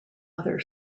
other